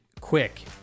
quick